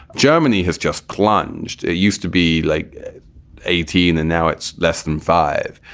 germany has just plunged. it used to be like eighteen and now it's less than five.